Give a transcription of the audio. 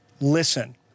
Listen